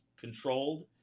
controlled